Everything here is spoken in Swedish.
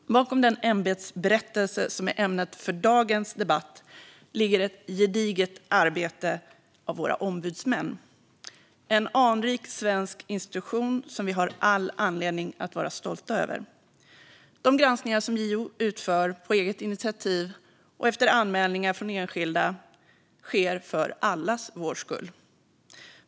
Herr talman! Bakom den ämbetsberättelse som är ämnet för dagens debatt ligger ett gediget arbete av våra ombudsmän - en anrik svensk institution som vi har all anledning att vara stolta över. De granskningar som JO utför, på eget initiativ eller efter anmälningar från enskilda, sker för allas vår skull.